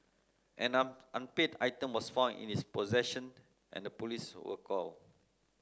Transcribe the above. an an unpaid item was found in his possession and the police were called